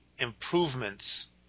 improvements